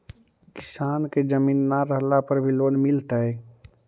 किसान के जमीन न रहला पर भी लोन मिलतइ?